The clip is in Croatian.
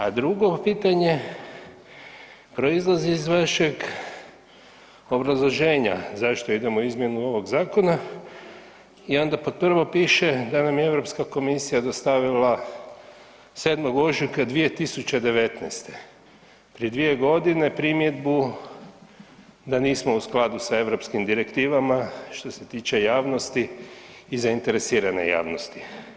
A drugo pitanje proizlazi iz vašeg obrazloženja zašto idemo u izmjenu ovog zakona i onda pod prvo piše da nam je Europska komisija dostavila 7. ožujka 2019., prije 2.g. primjedbu da nismo u skladu sa europskim direktivama što se tiče javnosti i zainteresirane javnosti.